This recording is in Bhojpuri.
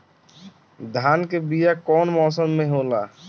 धान के बीया कौन मौसम में होला?